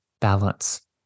balance